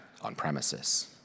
on-premises